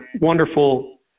wonderful